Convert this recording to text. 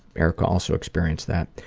erica also experienced that.